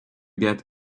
get